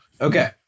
Okay